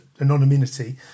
anonymity